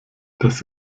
das